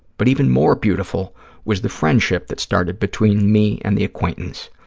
but even more beautiful was the friendship that started between me and the acquaintance.